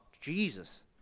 Jesus